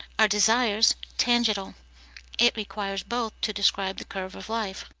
our desires tangential it requires both to describe the curve of life.